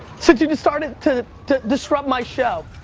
since you just started to disrupt my show.